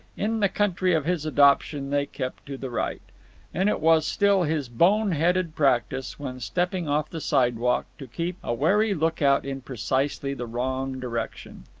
in the country of his adoption they kept to the right and it was still his bone-headed practice, when stepping off the sidewalk, to keep a wary look-out in precisely the wrong direction.